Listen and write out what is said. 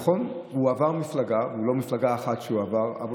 נכון, הוא עבר מפלגה, לא רק מפלגה אחת הוא עבר.